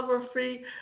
photography